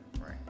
right